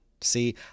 See